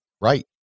right